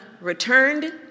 returned